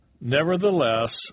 Nevertheless